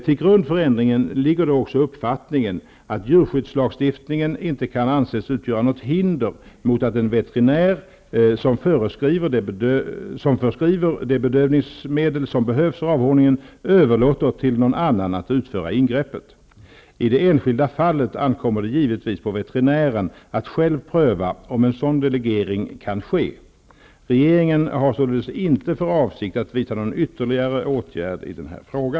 Till grund för ändringen lig ger då också uppfattningen att djurskyddslagstiftningen inte kan anses ut göra något hinder mot att en veterinär, som förskriver det bedövningsmedel som behövs för avhorningen, överlåter till någon annan att utföra ingreppet. I det enskilda fallet ankommer det givetvis på veterinären att själv pröva om en sådan delegering kan ske. Regeringen har således inte för avsikt att vidta någon ytterligare åtgärd i denna fråga.